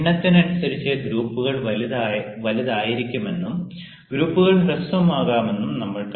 എണ്ണത്തിനനുസരിച്ച് ഗ്രൂപ്പുകൾ വലുതായിരിക്കാമെന്നും ഗ്രൂപ്പുകൾ ഹ്രസ്വമാകാമെന്നും നമ്മൾ കണ്ടെത്തും